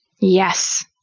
Yes